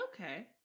Okay